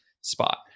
spot